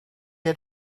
had